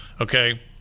Okay